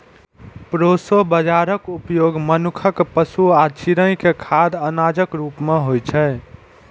proso बाजाराक उपयोग मनुक्ख, पशु आ चिड़ै के खाद्य अनाजक रूप मे होइ छै